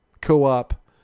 co-op